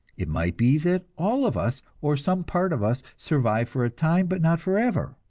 it might be that all of us, or some part of us, survive for a time, but not forever.